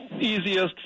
easiest